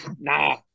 Nah